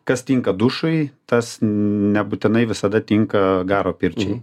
kas tinka dušui tas nebūtinai visada tinka garo pirčiai